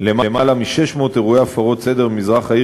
למעלה מ-600 אירועי הפרות סדר במזרח העיר